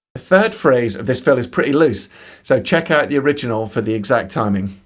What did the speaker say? third phrase of this fill is pretty loose so check out the original for the exact timing.